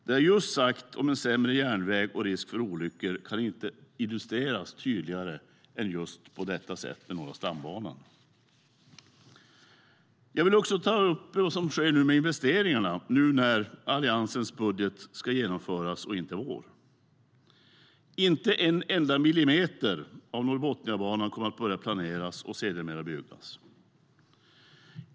Det jag just sagt om en sämre järnväg och risk för olyckor kan inte illustreras tydligare än just på detta sätt med Norra stambanan. Jag vill också ta upp vad som nu sker med investeringarna när Alliansens budget ska genomföras och inte vår. Inte en enda millimeter av Norrbotniabanan kommer att börja planeras och sedermera byggas.